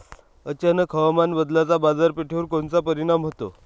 अचानक हवामान बदलाचा बाजारपेठेवर कोनचा परिणाम होतो?